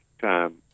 time